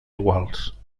iguals